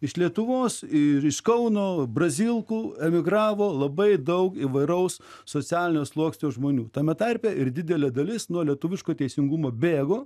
iš lietuvos ir iš kauno brazilkų emigravo labai daug įvairaus socialinio sluoksnio žmonių tame tarpe ir didelė dalis nuo lietuviško teisingumo bėgo